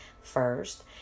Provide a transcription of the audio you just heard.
first